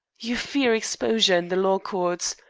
you fear exposure in the law courts!